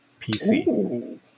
PC